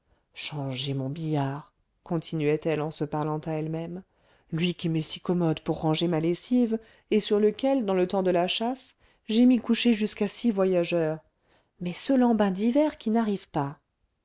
changer mon billard continuait elle en se parlant à elle-même lui qui m'est si commode pour ranger ma lessive et sur lequel dans le temps de la chasse j'ai mis coucher jusqu'à six voyageurs mais ce lambin d'hivert qui n'arrive pas